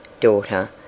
daughter